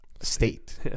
state